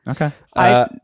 Okay